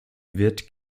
wird